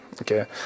Okay